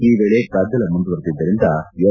ಈ ವೇಳೆ ಗದ್ದಲ ಮುಂದುವರೆದಿದ್ದರಿಂದ ಎಂ